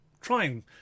trying